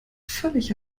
völlig